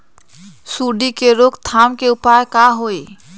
सूंडी के रोक थाम के उपाय का होई?